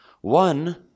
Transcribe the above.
One